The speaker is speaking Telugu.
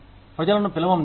ప్రజలను పిలవండి